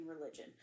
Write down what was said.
religion